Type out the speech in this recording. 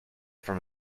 from